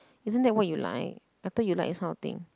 isn't that what you like I thought you like this kind of thing